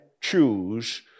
choose